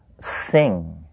sing